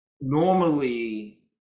normally